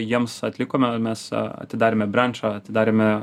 jiems atlikome mes atidarėme brenčą atidarėme